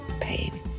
pain